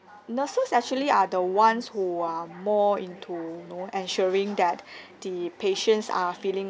nurses actually are the ones who are more into know ensuring that the patients are feeling